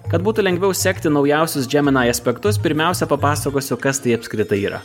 kad būtų lengviau sekti naujausius džeminai aspektus pirmiausia papasakosiu kas tai apskritai yra